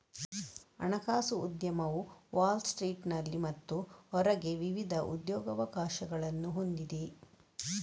ಹಣಕಾಸು ಉದ್ಯಮವು ವಾಲ್ ಸ್ಟ್ರೀಟಿನಲ್ಲಿ ಮತ್ತು ಹೊರಗೆ ವಿವಿಧ ಉದ್ಯೋಗಾವಕಾಶಗಳನ್ನು ಹೊಂದಿದೆ